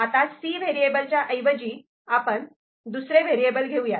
आता 'C' variable च्या ऐवजी आपण दुसरे व्हेरिएबल घेऊ यात